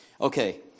okay